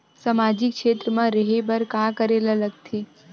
सामाजिक क्षेत्र मा रा हे बार का करे ला लग थे